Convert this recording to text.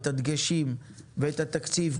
את הדגשים והתקציב.